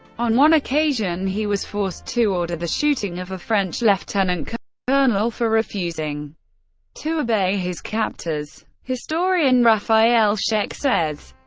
on one occasion, he was forced to order the shooting of a french lieutenant-colonel for for refusing to obey his captors. historian raffael scheck says,